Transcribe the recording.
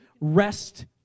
rest